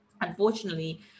Unfortunately